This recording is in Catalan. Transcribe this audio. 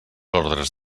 ordres